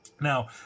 Now